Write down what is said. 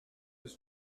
was